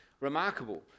remarkable